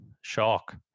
shock